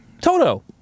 Toto